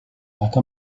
like